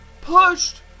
pushed